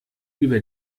über